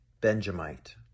Benjamite